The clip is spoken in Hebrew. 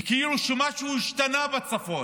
וכאילו שמשהו השתנה בצפון,